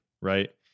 right